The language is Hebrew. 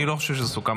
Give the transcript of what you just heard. אני לא חושב שזה סוכם,